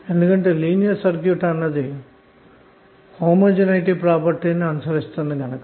ఎందుకంటె linear circuit అన్నది సజాతీయ లక్షణాన్ని అనుసరిస్తుంది గనక